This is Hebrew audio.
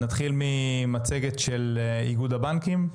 נתחיל ממצגת של איגוד הבנקים.